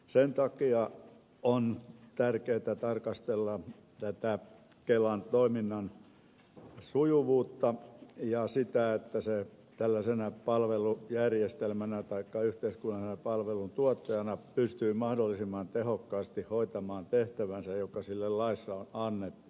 sen takia on tärkeää tarkastella tätä kelan toiminnan sujuvuutta ja sitä että se tällaisena palvelujärjestelmänä taikka yhteiskunnallisena palveluntuottajana pystyy mahdollisimman tehokkaasti hoitamaan tehtävänsä joka sille laissa on annettu